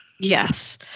yes